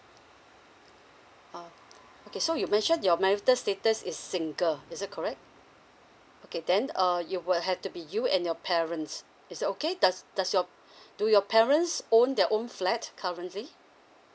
oh okay so you mentioned your marital status is single is it correct okay then uh you will have to be you and your parents is it okay does does your do your parents own their own flat currently